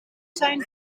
zijn